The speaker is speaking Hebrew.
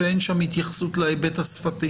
שאין שם התייחסות להיבט השפתי